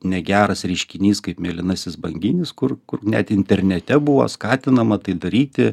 negeras reiškinys kaip mėlynasis banginis kur kur net internete buvo skatinama tai daryti